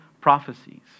prophecies